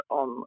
on